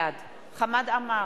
בעד חמד עמאר,